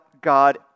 God